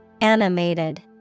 Animated